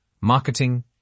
marketing